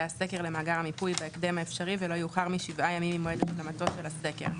הסקר למאגר המיפוי בהקדם האפשרי ולא יאוחר מ-7 ימים ממועד השלמתו של הסקר,